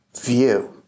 view